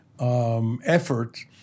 effort